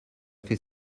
fait